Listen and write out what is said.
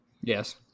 Yes